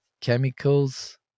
chemicals